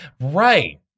right